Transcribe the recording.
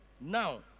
Now